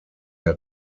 der